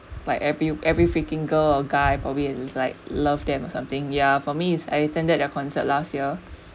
like every every freaking girl or guy probably is like love them or something ya for me is I attended their concert last year